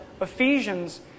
Ephesians